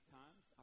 times